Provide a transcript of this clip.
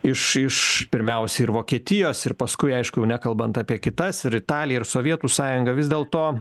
iš iš pirmiausia ir vokietijos ir paskui aišku nekalbant apie kitas ir italiją ir sovietų sąjungą vis dėlto